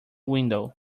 window